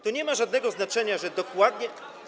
To nie ma żadnego znaczenia, że dokładnie.